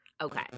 Okay